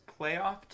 playoff